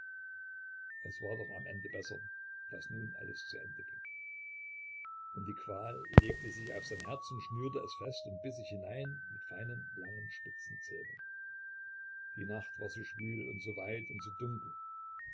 es war doch am ende besser daß nun alles zu ende ging und die qual legte sich auf sein herz und schnürte es fest und biß sich hinein mit feinen langen spitzen zähnen die nacht war so schwül und so weit und so dunkel